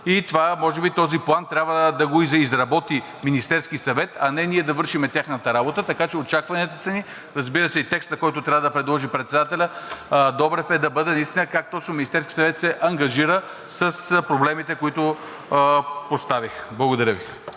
отиват и може би този план трябва да го изработи Министерският съвет, а не ние да вършим тяхната работа. Така че очакванията ни са, разбира се, и текстът, който трябва да предложи председателят Добрев, е да бъде наистина как точно Министерският съвет се ангажира с проблемите, които поставих. Благодаря Ви.